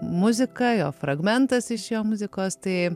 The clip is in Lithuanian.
muzika jo fragmentas iš jo muzikos tai